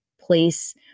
place